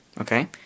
Okay